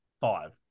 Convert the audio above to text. Five